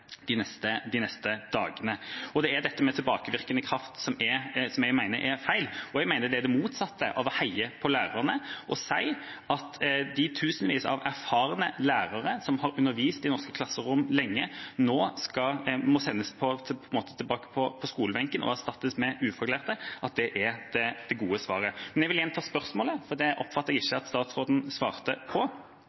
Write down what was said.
de neste dagene. Det er dette med tilbakevirkende kraft som jeg mener er feil. Jeg mener at det er det motsatte av å heie på lærerne å si at det gode svaret er at de tusenvis av erfarne lærere som har undervist i norske klasserom lenge, nå må sendes tilbake til skolebenken og erstattes med ufaglærte. Men jeg vil gjenta spørsmålet, for det oppfatter jeg ikke at statsråden svarte på: